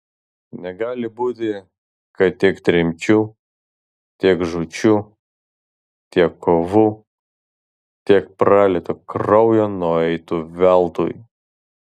negali būti kad tiek tremčių tiek žūčių tiek kovų tiek pralieto kraujo nueitų veltui